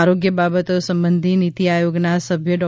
આરોગ્ય બાબતો સંબંધી નીતી આયોગના સભ્ય ડો